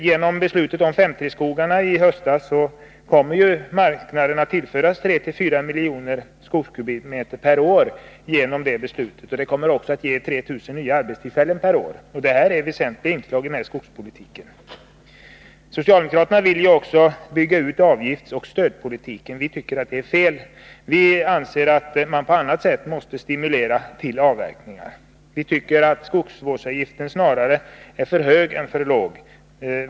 Genom beslutet om 5 § 3-skogarna i höstas kommer marknaden att tillföras 3-4 miljoner skogskubikmeter per år. Det kommer också att ge 3 000 nya arbetstillfällen per år. Detta är väsentliga inslag i skogspolitiken. Socialdemokraterna vill ju också bygga ut avgiftsoch stödpolitiken. Vi tycker att det är fel. Vi anser att man på annat sätt måste stimulera till avverkningar. Skogsvårdsavgiften är enligt vår mening snarare för hög än för låg.